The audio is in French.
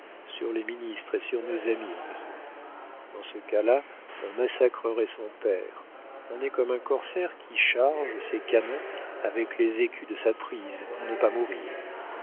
sur les ministres et sur nos amis au besoin dans ce cas-là on massacrerait son père on est comme un corsaire qui charge ses canons avec les écus de sa prise pour ne pas mourir